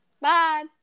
Bye